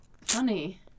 Funny